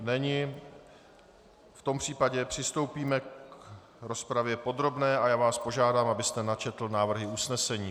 V tom případě přistoupíme k rozpravě podrobné a já vás požádám, abyste načetl návrhy usnesení.